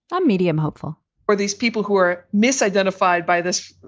i'm medium hopeful or these people who are misidentified by this.